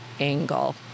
Angle